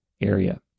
area